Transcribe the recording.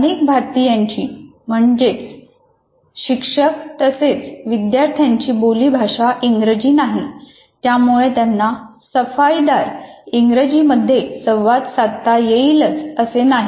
अनेक भारतीयांची म्हणजेच शिक्षक तसेच विद्यार्थ्यांची बोली भाषा इंग्रजी नाही त्यामुळे त्यांना सफाईदार इंग्रजीमध्ये संवाद साधता येईल असे नाही